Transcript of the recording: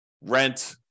rent